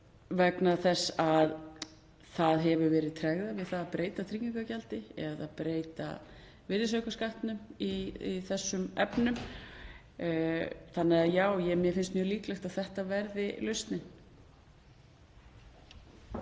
vegna þess að það hefur verið tregða við að breyta tryggingagjaldi eða breyta virðisaukaskatti í þessum efnum. Þannig að já, mér finnst mjög líklegt að þetta verði lausnin.